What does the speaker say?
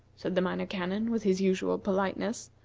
said the minor canon, with his usual politeness.